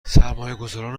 سرمایهگذاران